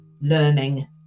learning